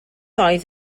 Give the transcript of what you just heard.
oedd